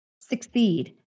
succeed